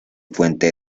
puente